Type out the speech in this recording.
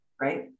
right